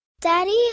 Daddy